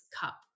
cup